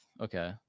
okay